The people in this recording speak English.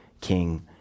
king